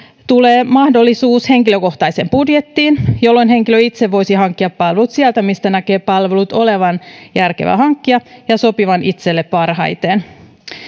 tulee mahdollisuus henkilökohtaiseen budjettiin jolloin henkilö itse voisi hankkia palvelut sieltä mistä näkee palveluiden olevan järkevää hankkia ja sopivan itselle parhaiten